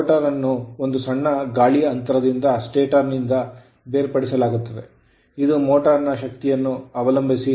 Rotor ಅನ್ನು ಒಂದು ಸಣ್ಣ ಗಾಳಿಯ ಅಂತರದಿಂದ stator ನಿಂದ ಬೇರ್ಪಡಿಸಲಾಗುತ್ತದೆ ಇದು ಮೋಟರ್ ನ ಶಕ್ತಿಯನ್ನು ಅವಲಂಬಿಸಿ 0